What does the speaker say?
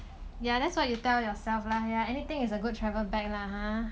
yeah that's what you tell yourself lah ya anything is a good travel bag lah !huh!